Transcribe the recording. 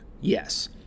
yes